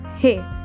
Hey